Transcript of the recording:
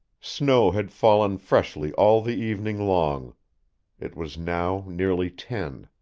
snow had fallen freshly all the evening long it was now nearly ten